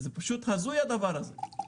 זה פשוט הזוי הדבר הזה.